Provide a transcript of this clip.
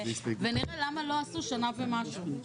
ונראה למה לא עשו שנה ומשהו.